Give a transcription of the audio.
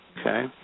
Okay